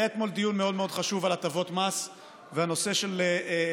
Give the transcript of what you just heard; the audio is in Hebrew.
היה אתמול דיון מאוד מאוד חשוב על הטבות מס והנושא של השתת